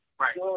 Right